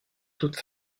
toute